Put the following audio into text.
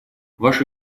ваши